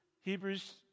Hebrews